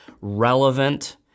relevant